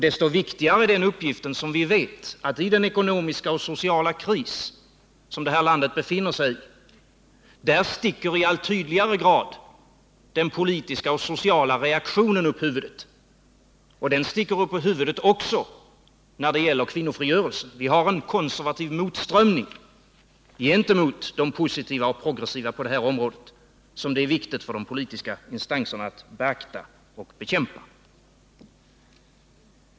Desto viktigare är den uppgiften, som vi vet att i den ekonomiska och sociala kris som detta land befinner sig i sticker den politiska och sociala reaktionen allt tydligare upp huvudet, och den sticker upp huvudet också när det gäller kvinnofrigörelsen. Vi har en konservativ motströmning gentemot de positiva och progressiva på detta område, som det är viktigt för de politiska instanserna att beakta och bekämpa.